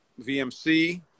VMC